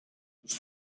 los